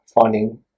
finding